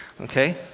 Okay